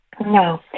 no